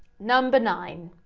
number nine,